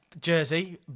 Jersey